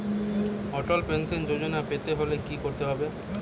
অটল pension Yojana পেতে হলে কি করতে হবে?